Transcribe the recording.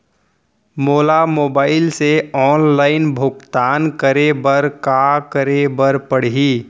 मोला मोबाइल से ऑनलाइन भुगतान करे बर का करे बर पड़ही?